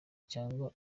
cyangwa